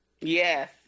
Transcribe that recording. yes